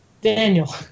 Daniel